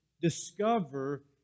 Discover